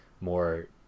more